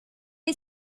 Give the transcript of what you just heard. est